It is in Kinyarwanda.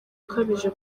ukabije